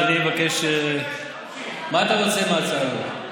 אז אני מבקש, מה אתה רוצה עם ההצעה הזאת?